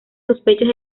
sospechas